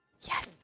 Yes